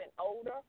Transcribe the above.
older